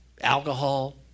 alcohol